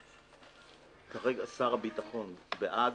שר הביטחון בעד,